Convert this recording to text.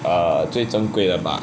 err 最珍贵的吧